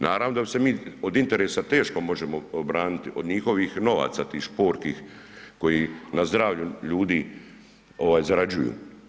Naravno da bi se mi od interesa teško možemo obraniti, od njihovih novaca tih šporkih koji na zdravlju ljudi zarađuju.